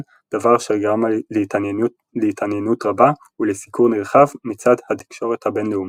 - דבר אשר גרם להתעניינות רבה ולסיקור נרחב מצד התקשורת הבינלאומית.